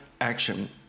action